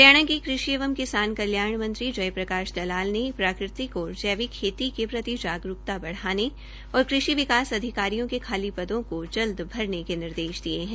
हरियाणा के कृषि एवं किसान कल्याण मंत्री जय प्रकाश दलाल ने प्राकृतिक और जैविक खेती के प्रति जागरूकता बढ़ाने और क़षि विकास अधिकारियों के खाली पदों को जल्द भरने के निर्देश दिये हैं